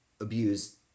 abuse